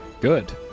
Good